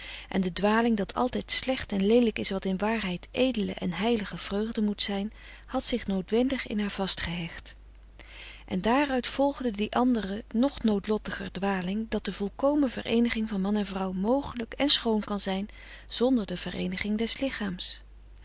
en de dwaling dat altijd slecht en leelijk is wat in waarheid edele en heilige vreugde moet zijn had zich noodwendig in haar vastgehecht en daaruit volgde die andere nog noodlottiger dwaling dat de volkomen vereeniging van man en vrouw mogelijk en schoon kan zijn zonder de vereeniging des lichaams